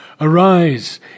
arise